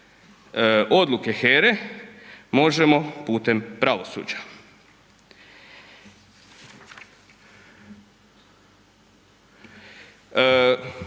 odluke HERA-e možemo putem pravosuđa.